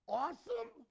awesome